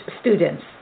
students